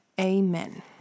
Amen